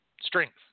strength